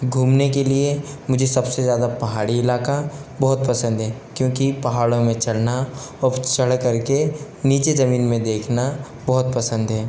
घूमने के लिए मुझे सबसे ज़्यादा पहाड़ी इलाका बहुत पसंद है क्योंकि पहाड़ों में चढ़ना और चढ़ कर कर नीचे ज़मीन में देखना बहुत पसंद है